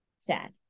sad